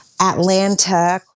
Atlanta